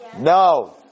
No